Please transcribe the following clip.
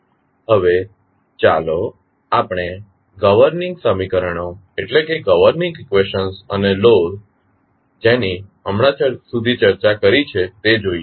હવે ચાલો આપણે ગર્વનીંગ સમીકરણો અને લૉ જેની હમણા સુધી ચર્ચા કરી છે તે જોઈએ